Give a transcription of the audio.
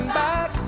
back